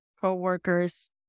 co-workers